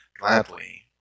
Gladly